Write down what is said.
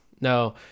No